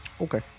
Okay